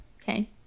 Okay